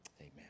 amen